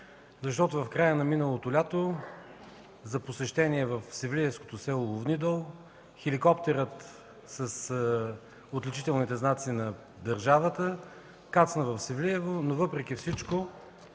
В края на миналото лято при посещение в Севлиевското село Ловнидол хеликоптерът с отличителните знаци на държавата кацна в Севлиево. Тогавашният